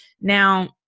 Now